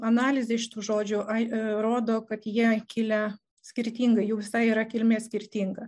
analizė iš tų žodžių ai rodo kad jie kilę skirtingai jų visai yra kilmė skirtinga